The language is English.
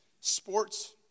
Sports